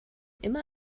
immer